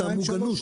גם ב-232.